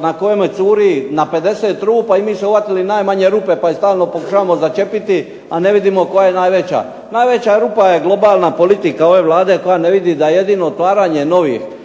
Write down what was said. na kojemu curi na 50 rupa i mi se uhvatili najmanje rupe pa je stalno pokušavamo začepiti, a ne vidimo koja je najveća. Najveća rupa je globalna politika ove Vlade koja ne vidi da jedino otvaranje novih